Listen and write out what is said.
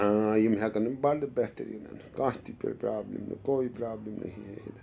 یِم ہٮ۪کَن بَڑٕ بہتریٖنَن کانٛہہ تہِ پرٛابلِم نہٕ کویی پرابلِم نہیں ہے اِدَر